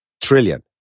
Trillion